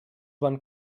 van